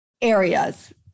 areas